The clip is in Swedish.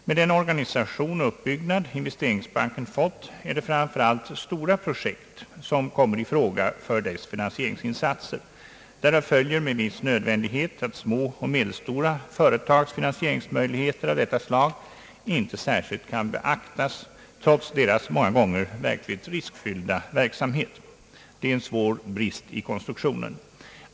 Med den organisation och uppbyggnad investeringsbanken fått är det framför allt stora projekt som kommer i fråga för dess finansieringsinsatser. Därav följer med viss nödvändighet att små och medelstora företags finansieringsmöjligheter inte särskilt beaktas, trots deras många gånger verkligt riskfyllda verksamhet. Det är en svår brist i konstruktionen.